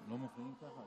הם לא מפריעים ככה?